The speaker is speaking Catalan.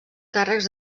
càrrecs